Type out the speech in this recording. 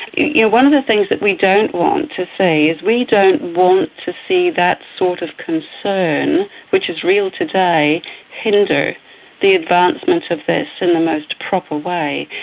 yeah one of the things that we don't want to see is we don't want to see that sort of concern which is real today hinder the advancement of this in the most proper way.